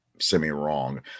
semi-wrong